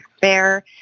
fair